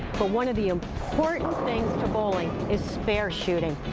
but one of the ah important things to bowling is spare shooting.